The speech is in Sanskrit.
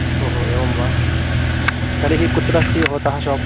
ओहो एवं वा तर्हि कुत्र अस्ति भवतः शोप्